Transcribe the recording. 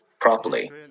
properly